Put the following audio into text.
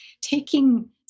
taking